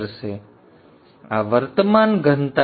તેથી આ વર્તમાન ઘનતા છે